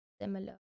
similar